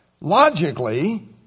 logically